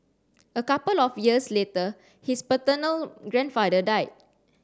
a couple of years later his paternal grandfather died